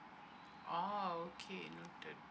oh okay noted